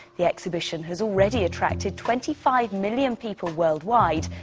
the exhibition has already attracted twenty five million people worldwide,